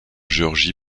géorgie